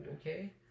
okay